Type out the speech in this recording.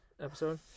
episode